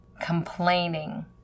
Complaining